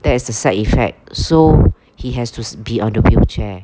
there is a side effect so he has to be on the wheelchair